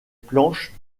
planches